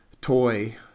toy